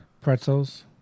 Pretzels